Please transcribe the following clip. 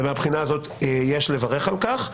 ומהבחינה הזאת יש לברך על כך.